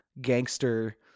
gangster